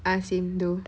ah same though